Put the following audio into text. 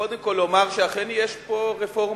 קודם כול, לומר שאכן יש פה רפורמה,